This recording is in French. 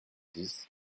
dix